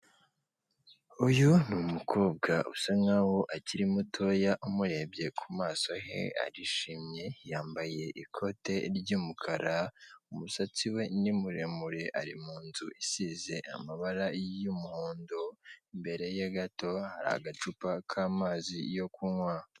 Uyu ni umukobwa usa nk'aho akiri mutoya umurebye ku maso he arishimye yambaye ikote ry'umukara, umusatsi we ni muremure, ari mu nzu isize amabara y'umuhondo imbere ye gato hari agacupa k'amazi yo kunywa.